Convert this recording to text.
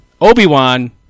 Obi-Wan